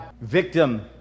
victim